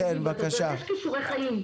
יש כישורי חיים,